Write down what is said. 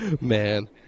Man